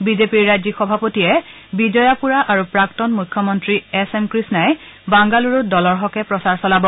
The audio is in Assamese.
বিজেপিৰ ৰাজ্যিক সভাপতিয়ে বিজয়াপুৰা আৰু প্ৰাক্তন মখ্যমন্তী এছ এম কৃষ্ণাই বাংগালুৰুত দলৰ হকে প্ৰচাৰ চলাব